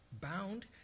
Bound